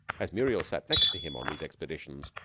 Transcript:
as muriel sat next to him on these expeditions,